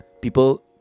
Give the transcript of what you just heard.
people